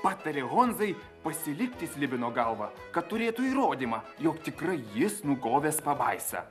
patarė honzai pasilikti slibino galvą kad turėtų įrodymą jog tikrai jis nukovęs pabaisą